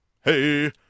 Hey